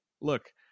look